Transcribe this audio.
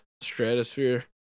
stratosphere